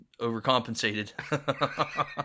overcompensated